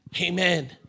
Amen